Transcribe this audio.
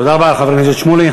תודה רבה, חבר הכנסת שמולי.